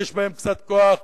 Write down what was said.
ויש בהם קצת כוח,